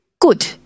good